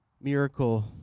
miracle